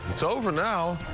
it's over now.